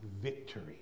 Victory